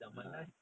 ah